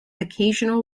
occasional